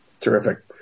Terrific